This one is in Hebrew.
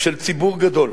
של ציבור גדול,